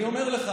אני אומר לך,